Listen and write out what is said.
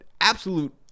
absolute